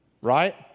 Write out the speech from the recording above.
right